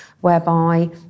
whereby